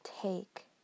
Take